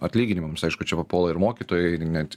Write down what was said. atlyginimams aišku čia papuola ir mokytojai ir net